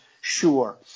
sure